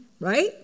right